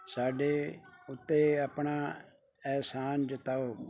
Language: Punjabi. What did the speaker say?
ਸਾਡੇ ਉੱਤੇ ਆਪਣਾ ਅਹਿਸਾਨ ਜਤਾਓ